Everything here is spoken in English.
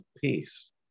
peace